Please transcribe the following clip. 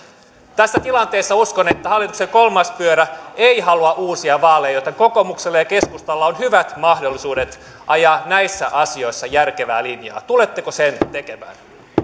tässä tilanteessa uskon että hallituksen kolmas pyörä ei halua uusia vaaleja jolloin kokoomuksella ja keskustalla on hyvät mahdollisuudet ajaa näissä asioissa järkevää linjaa tuletteko sen tekemään